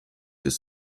des